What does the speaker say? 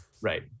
right